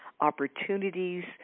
opportunities